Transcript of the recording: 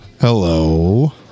Hello